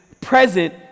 present